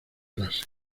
clase